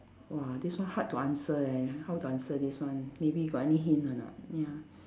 !wah! this one hard to answer eh how to answer this one maybe you got any hint or not ya